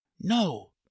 no